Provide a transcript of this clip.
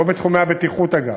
לא בתחומי הבטיחות, אגב,